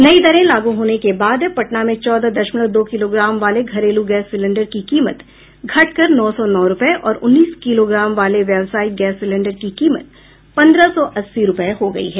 नई दरें लागू होने के बाद पटना में चौदह दशमलव दो किलोग्राम वाले घरेलू गैस सिलेंडर की कीमत घट कर नौ सौ नौ रूपये और उन्नीस किलोग्राम वाले व्यवसायिक गैस सिलेंडर की कीमत पन्द्रह सौ अस्सी रूपये हो गयी है